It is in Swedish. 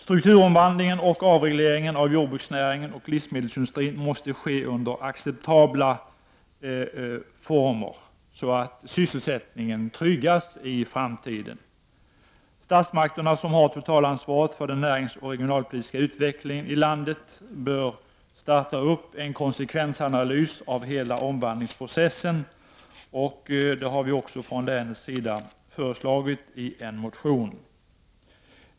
Strukturomvandlingen och avregleringen av jordbruksnäringen och livsmedelsindustrin måste ske under acceptabla former, så att framtida sysselsättning tryggas. Statsmakterna, som har totalansvaret för den näringsoch regionalpolitiska utvecklingen i landet, bör påbörja en konsekvensanalys av hela omvandlingsprocessen. Detta har vi från länet också föreslagit i en motion.